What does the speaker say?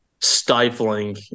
stifling